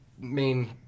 main